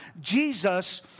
Jesus